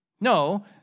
No